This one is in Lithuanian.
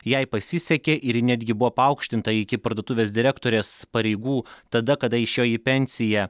jai pasisekė ir ji netgi buvo paaukštinta iki parduotuvės direktorės pareigų tada kada išėjo į pensiją